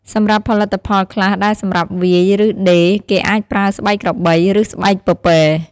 សម្រាប់ផលិតផលខ្លះដែលសម្រាប់វាយ ឬដេរ គេអាចប្រើស្បែកក្របី ឬស្បែកពពែ។